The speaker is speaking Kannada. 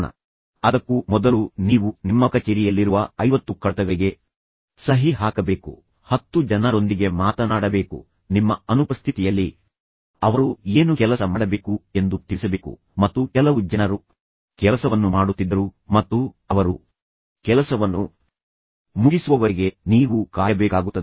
ಒಂದು ಗಂಟೆ ಸಮಯ ಸಿಕ್ಕಿತು ಆದರೆ ಅದಕ್ಕೂ ಮೊದಲು ನೀವು ನಿಮ್ಮ ಕಚೇರಿಯಲ್ಲಿರುವ 50 ಕಡತಗಳಿಗೆ ಸಹಿ ಹಾಕಬೇಕು 10 ಜನರೊಂದಿಗೆ ಮಾತನಾಡ ನಿಮ್ಮ ಅನುಪಸ್ಥಿತಿಯಲ್ಲಿ ಅವರು ಏನು ಕೆಲಸ ಮಾಡಬೇಕು ಎಂದು ಅವರಿಗೆ ತಿಳಿಸಬೇಕು ಮತ್ತು ಕೆಲವು ಜನರು ಕೆಲಸವನ್ನು ಮಾಡುತ್ತಿದ್ದರು ಮತ್ತು ಅವರು ಕೆಲಸವನ್ನು ಮುಗಿಸುವವರೆಗೆ ನೀವು ಕಾಯಬೇಕಾಗುತ್ತದೆ ಮತ್ತು ನಂತರ ನೀವು ಅವುಗಳಲ್ಲಿ ಕೆಲವಕ್ಕೆ ಸಹಿ ಹಾಕಬೇಕಾಗುತ್ತದೆ